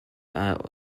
are